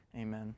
Amen